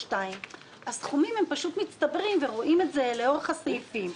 הסכומים פשוט מצטברים ורואים את זה לאורך הסעיפים.